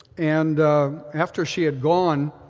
and after she had gone,